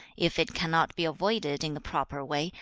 if it cannot be avoided in the proper way,